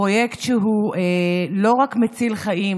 פרויקט שהוא לא רק מציל חיים,